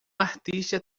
artista